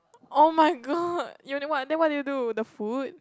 oh-my-god you ~ then what did you do the food